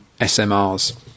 SMRs